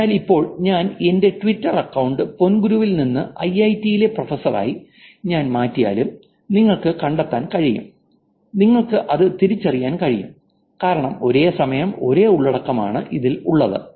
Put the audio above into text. അതിനാൽ ഇപ്പോൾ ഞാൻ എന്റെ ട്വിറ്റർ അക്കൌണ്ട് പോങ്കുരുവിൽ നിന്ന് ഐഐടിയിലെ പ്രൊഫസറായി ഞാൻ മാറ്റിയാലും നിങ്ങള്ക്ക് കണ്ടെത്താൻ കഴിയും നിങ്ങൾക്ക് അത് തിരിച്ചറിയാൻ കഴിയും കാരണം ഒരേ സമയം ഒരേ ഉള്ളടക്കം ആണ് ഇതിൽ ഉള്ളത്